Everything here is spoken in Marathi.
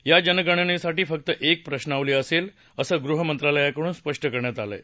या जनगणनेसाठी फक्त एक प्रश्नावली असेल असं गृहमंत्रालयाकडून सांगण्यात आलं आहे